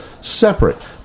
separate